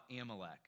Amalek